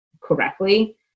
correctly